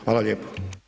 Hvala lijepo.